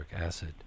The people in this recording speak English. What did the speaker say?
acid